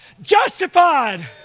justified